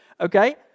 okay